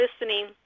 listening